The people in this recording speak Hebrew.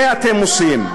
מה אתם עושים?